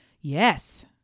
Yes